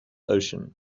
ocean